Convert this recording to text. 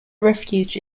refuge